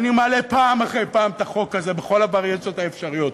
אני מעלה פעם אחרי פעם את החוק הזה בכל הווריאציות האפשריות,